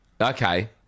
Okay